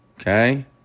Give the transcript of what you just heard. Okay